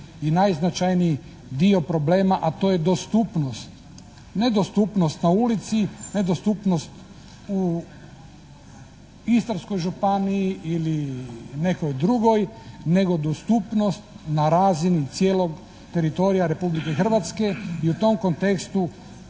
i najznačajniji dio problema, a to je dostupnost. Ne dostupnost na ulici, ne dostupnost u Istarskoj županiji ili nekoj drugoj nego dostupnost na razini cijelog teritorija Republike Hrvatske i u tom kontekstu